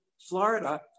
Florida